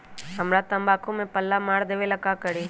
हमरा तंबाकू में पल्ला मार देलक ये ला का करी?